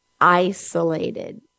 isolated